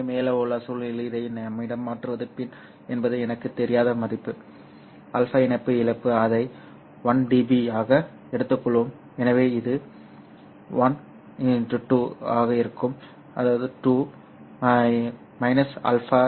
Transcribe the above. எனவே மேலே உள்ள சூழ்நிலையில் இதை நம்மிடம் மாற்றுவது பின் என்பது எனக்குத் தெரியாத மதிப்பு α இணைப்பு இழப்பு அதை 1 dB ஆக எடுத்துக்கொள்வோம் எனவே இது 1x2 ஆக இருக்கும் 2 αfL 0